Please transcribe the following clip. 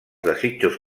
desitjos